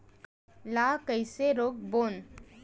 ला कइसे रोक बोन?